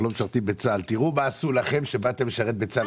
לא משרתים בצה"ל תראו מה עשו לכם שבאתם לשרת בצה"ל,